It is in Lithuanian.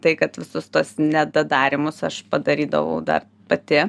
tai kad visus tuos nedadarymus aš padarydavau dar pati